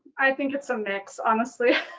i think it's a mix, honestly.